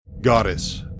Goddess